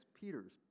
Peter's